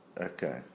okay